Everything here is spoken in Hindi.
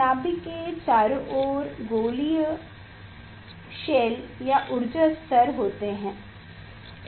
नाभिक के चारों ओर गोलीय ऊर्जा स्तर या शैल होते हैं